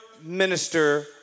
minister